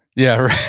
yeah. right,